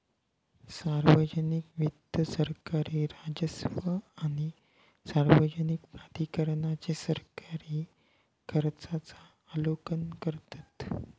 सार्वजनिक वित्त सरकारी राजस्व आणि सार्वजनिक प्राधिकरणांचे सरकारी खर्चांचा आलोकन करतत